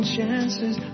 chances